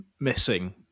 missing